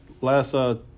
last –